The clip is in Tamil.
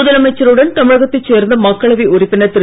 முதலமைச்சருடன் தமிழகத்தை சேர்ந்த மக்களவை உறுப்பினர் திரு